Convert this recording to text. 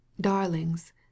darlings